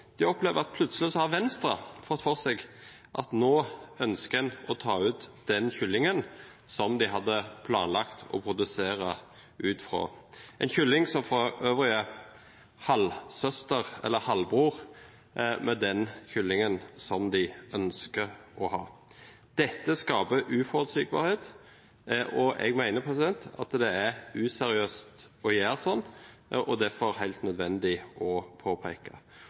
de opplever at Venstre plutselig har fått for seg at en nå ønsker å ta ut den kyllingen som de hadde planlagt å bruke i produksjon – en kylling som for øvrig er halvsøster eller halvbror til den kyllingen som Venstre nå ønsker å bruke. Dette skaper uforutsigbarhet. Jeg mener at det er useriøst å gjøre dette, og derfor helt nødvendig å påpeke.